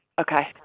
Okay